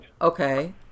Okay